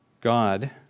God